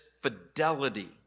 fidelity